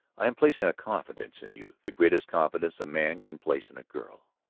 i am placing a confidence in you, the greatest confidence a man can place in a girl.